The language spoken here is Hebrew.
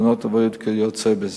תאונות אוויריות וכיוצא בזה.